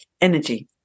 energy